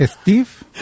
Steve